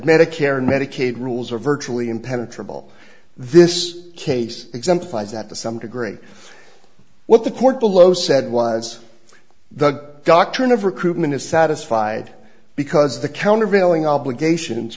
medicare and medicaid rules are virtually impenetrable this case exemplifies that to some degree what the court below said was the doctrine of recruitment is satisfied because the countervailing obligations